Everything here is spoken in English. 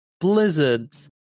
Blizzard's